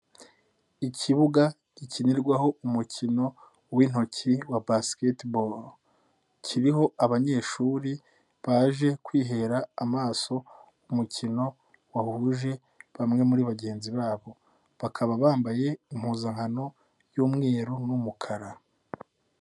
Ikibuga gikinirwaho umukino w'intoki wa basketball. Kiriho abanyeshuri baje kwihera amaso, umukino wahuje bamwe muri bagenzi babo. Bakaba bambaye impuzankano y'umweru n'umukara.